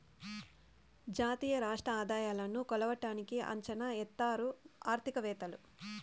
జాతీయ రాష్ట్ర ఆదాయాలను కొలవడానికి అంచనా ఎత్తారు ఆర్థికవేత్తలు